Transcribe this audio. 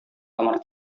kamar